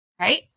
right